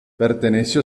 perteneció